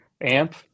amp